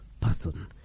person